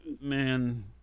man